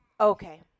okay